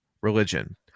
religion